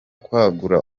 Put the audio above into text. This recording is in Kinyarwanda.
kwagura